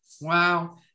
Wow